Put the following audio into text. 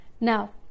now